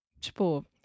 Tipo